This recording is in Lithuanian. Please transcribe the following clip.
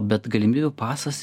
bet galimybių pasas